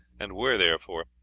and were, therefore,